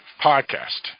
podcast